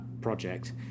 project